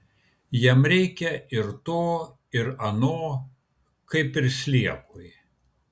jam reikia ir to ir ano kaip ir sliekui